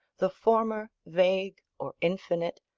the former vague or infinite,